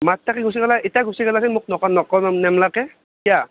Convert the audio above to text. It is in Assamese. মাৰ তাক গুচি গ'লে এতয়া এতিয়া গুচি গ'লাহেতেন মোক ন নকোৱা নেমলাকে কিয়া